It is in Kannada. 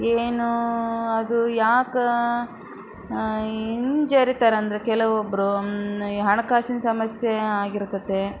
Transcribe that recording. ಏನು ಅದು ಯಾಕೆ ಹಿಂಜರಿತಾರಂದ್ರೆ ಕೆಲವೊಬ್ಬರು ಈ ಹಣಕಾಸಿನ ಸಮಸ್ಯೆ ಆಗಿರ್ತದೆ